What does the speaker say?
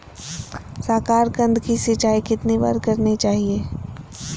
साकारकंद की सिंचाई कितनी बार करनी चाहिए?